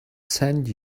send